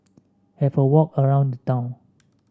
have a walk around town